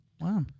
wow